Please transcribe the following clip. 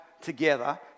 together